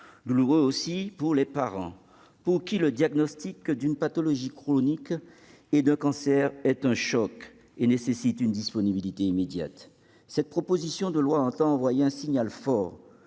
douloureux aussi pour les parents, pour qui le diagnostic d'une pathologie chronique ou d'un cancer est un choc et nécessite une disponibilité immédiate. Cette proposition de loi entend envoyer un signal fort,